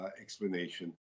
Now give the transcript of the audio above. explanation